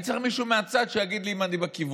אני צריך מישהו מהצד שיגיד לי אם אני בכיוון.